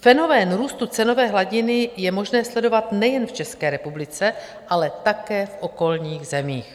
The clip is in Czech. Fenomén růstu cenové hladiny je možné sledovat nejen v České republice, ale také v okolních zemích.